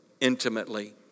intimately